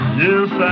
yes